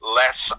less